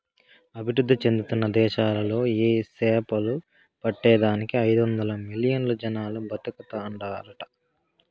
అభివృద్ధి చెందుతున్న దేశాలలో ఈ సేపలు పట్టే దానికి ఐదొందలు మిలియన్లు జనాలు బతుకుతాండారట